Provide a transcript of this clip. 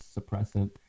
suppressant